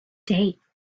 date